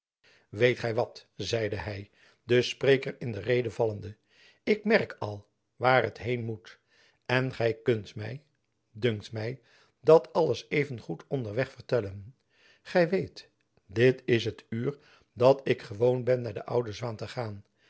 weet gy wat zeide hy den spreker in de rede vallende ik merk al waar het heen moet en gy kunt my dunkt my dat alles even goed onder weg vertellen gy weet dit is het uur dat ik gewoon ben naar de oude zwaen te gaan